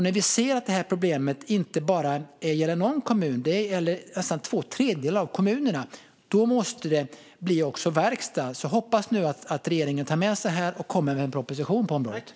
När vi ser att detta problem inte gäller bara någon kommun utan nästan två tredjedelar av kommunerna måste det bli verkstad. Jag hoppas att regeringen nu tar med sig detta och kommer med en proposition på området.